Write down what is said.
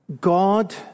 God